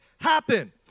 happen